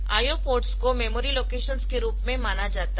IO ports को memory locations के रूप में माना जाता है